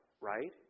right